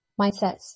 mindsets